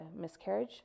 miscarriage